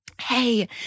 Hey